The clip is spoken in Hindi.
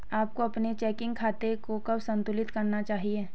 आपको अपने चेकिंग खाते को कब संतुलित करना चाहिए?